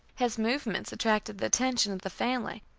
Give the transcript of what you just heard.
his movements attracted the attention of the family,